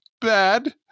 bad